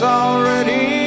already